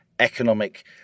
economic